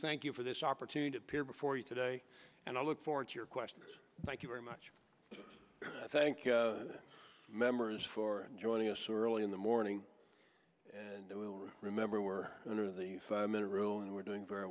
thank you for this opportunity to appear before you today and i look forward to your questions thank you very much thank you members for joining us or early in the morning and remember we're under the five minute rule and we're doing very